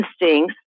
instincts